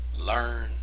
Learn